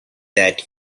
that